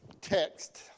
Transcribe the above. text